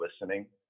listening